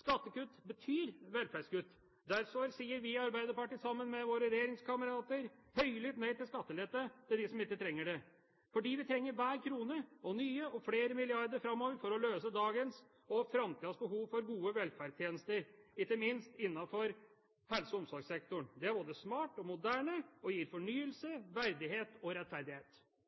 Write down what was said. Skattekutt betyr velferdskutt. Derfor sier vi i Arbeiderpartiet, sammen med våre regjeringskamerater, høylytt nei til skattelette for dem som ikke trenger det. Vi trenger hver krone, og nye og flere milliarder framover for å løse dagens og framtidens behov for gode velferdstjenester, ikke minst innenfor helse- og omsorgssektoren. Det er både smart og moderne, og gir fornyelse, verdighet og rettferdighet.